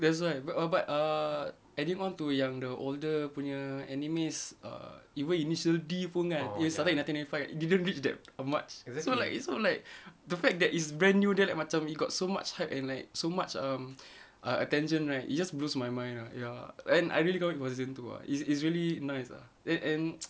that's why but err but err adding on to yang the older punya animes even initial D pun kan it started in nineteen ninety five it didn't reach that much so like so like the fact that it's brand new then macam it got so much hype and like so much um err attention right it just blows my mind ah ya and I really thought it's it's really nice lah an~ and